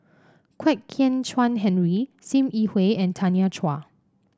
Kwek Hian Chuan Henry Sim Yi Hui and Tanya Chua